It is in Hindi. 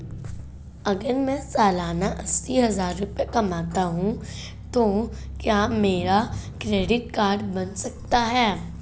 अगर मैं सालाना अस्सी हज़ार रुपये कमाता हूं तो क्या मेरा क्रेडिट कार्ड बन सकता है?